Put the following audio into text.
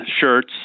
shirts